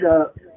up